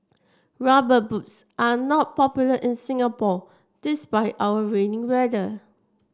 rubber boots are not popular in Singapore despite our rainy weather